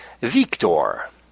Victor